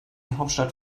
hauptstadt